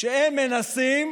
כשהם מנסים